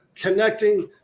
connecting